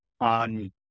on